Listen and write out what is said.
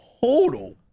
total